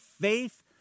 faith